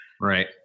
right